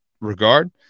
regard